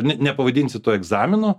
nepavadinsi to egzamino